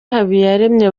habiyaremye